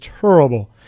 terrible